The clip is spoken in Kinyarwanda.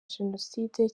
jenoside